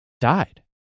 died